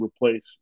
replace